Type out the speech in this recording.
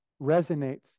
resonates